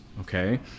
okay